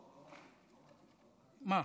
מה?